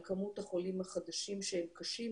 על כמות החולים החדשים שהם קשים,